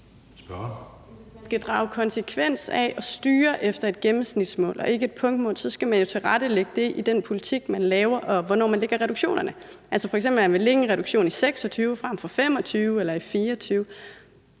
Hvis vi skal drage en konsekvens af og styre efter et gennemsnitsmål og ikke et punktmål, skal man jo tilrettelægge det i den politik, man laver, altså hvornår man lægger reduktionerne, f.eks. at man vil lægge en reduktion i 2026 frem for i 2025 eller i 2024.